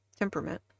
temperament